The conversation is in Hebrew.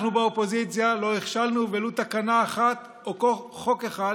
אנחנו באופוזיציה לא הכשלנו ולו תקנה אחת או חוק אחד